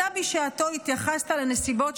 אתה בשעתו התייחסת לנסיבות,